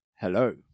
Hello